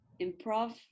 improv